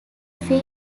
other